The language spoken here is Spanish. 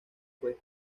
fue